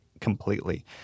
completely